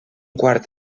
quart